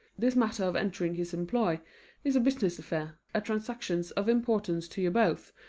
this matter of entering his employ is a business affair, a transaction of importance to you both,